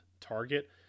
target